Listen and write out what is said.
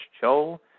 Joel